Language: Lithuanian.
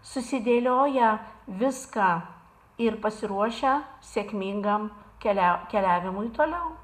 susidėlioję viską ir pasiruošę sėkmingam kelia keliavimui toliau